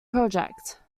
project